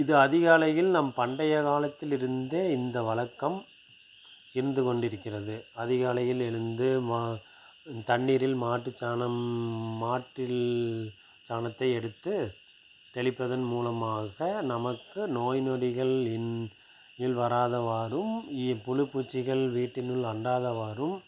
இது அதிகாலையில் நம்ம பண்டைய காலத்திலிருந்தே இந்த வழக்கம் இருந்து கொண்டிருக்கிறது அதிகாலையில் எழுந்து மா தண்ணீரில் மாட்டுச் சாணம் மாட்டில் சாணத்தை எடுத்து தெளிப்பதன் மூலமாக நமக்கு நோய் நொடிகள் இன் இல் வராதவாறும் இப்புழு பூச்சிகள் வீட்டினுள் அண்டாதவாறும்